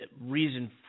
Reason